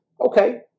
Okay